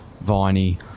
Viney